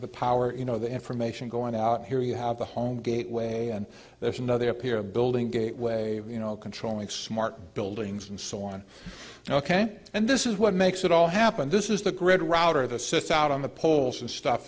the power in oh the information going out here you have the home gateway and there's another appear a building gateway you know controlling smart buildings and so on ok and this is what makes it all happen this is the grid router of assists out on the poles and stuff